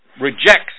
rejects